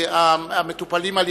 בעיקר בדרומה,